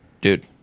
dude